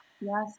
yes